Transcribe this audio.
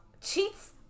cheats